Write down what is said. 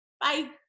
Bye